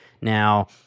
Now